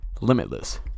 Limitless